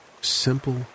simple